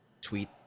tweet